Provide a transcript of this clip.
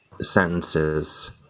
sentences